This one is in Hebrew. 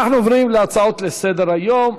אנחנו עוברים להצעות לסדר-היום,